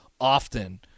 often